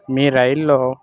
మీ రైల్లో